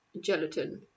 gelatin